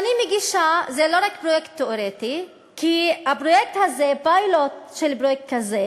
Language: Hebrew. אני קובע שההצעה לסדר-היום תועבר לדיון בוועדת הכלכלה.